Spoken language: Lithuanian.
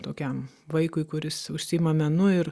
tokiam vaikui kuris užsiima menu ir